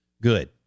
good